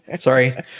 Sorry